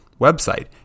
website